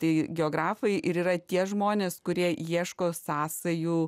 tai geografai ir yra tie žmonės kurie ieško sąsajų